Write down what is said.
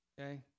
Okay